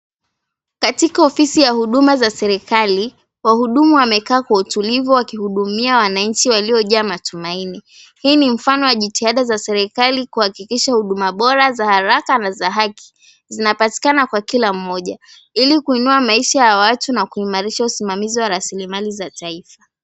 Katika ofisi ya huduma za serikali, wahudumu wamekaa kwa utulivu wakihudumia wananchi waliojaa matumaini. Hii ni mfano wa jitihada za serikali kuhakikisha huduma bora na za haki zinapatikana kwa kila mmoja ili kuinua maisha ya watu na kuimarisha usimamizi wa raslimali za taifa.